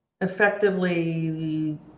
effectively